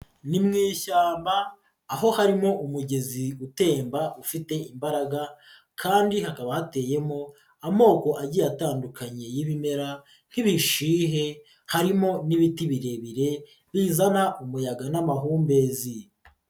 Ni mu ishyamba, aho harimo umugezi utemba ufite imbaraga kandi hakaba hateyemo amoko agiye atandukanye y'ibimera nk'ibishihe, harimo n'ibiti birebire, bizana umuyaga n'amahumbezi.